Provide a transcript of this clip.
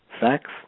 facts